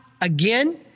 Again